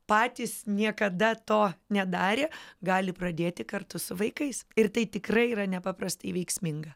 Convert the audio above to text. patys niekada to nedarė gali pradėti kartu su vaikais ir tai tikrai yra nepaprastai veiksminga